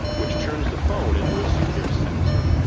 which turns the phone into a secure sensor.